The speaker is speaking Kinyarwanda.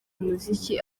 umuziki